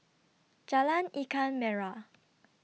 Jalan Ikan Merah